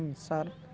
sir